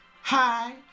Hi